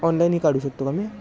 ऑनलाईनही काढू शकतो का मी